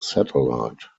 satellite